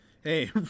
hey